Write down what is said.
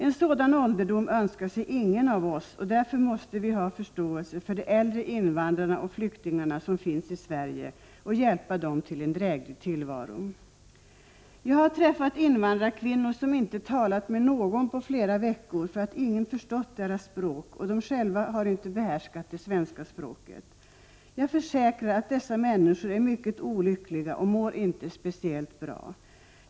En sådan ålderdom önskar sig ingen av oss, och därför måste vi ha förståelse för de äldre invandrare och flyktingar som finns i Sverige och hjälpa dem till en dräglig tillvaro. Jag har träffat invandrarkvinnor som inte har talat med någon på flera veckor, eftersom ingen har förstått deras språk och de själva inte behärskar det svenska språket. Jag försäkrar att dessa människor är mycket olyckliga och inte mår speciellt bra.